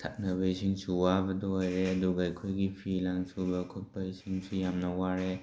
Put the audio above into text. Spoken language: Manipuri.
ꯊꯛꯅꯕꯁꯤꯡꯁꯨ ꯋꯥꯕꯗꯣ ꯑꯣꯏꯔꯦ ꯑꯗꯨꯒ ꯑꯩꯈꯣꯏꯒꯤ ꯐꯤ ꯂꯥꯡ ꯁꯨꯕ ꯈꯣꯠꯄ ꯏꯁꯤꯡꯁꯨ ꯌꯥꯝꯅ ꯋꯥꯔꯦ